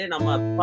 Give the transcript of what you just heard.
Nama